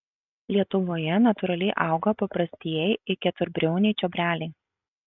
lietuvoje natūraliai auga paprastieji ir keturbriauniai čiobreliai